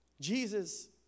Jesus